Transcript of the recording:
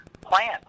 plant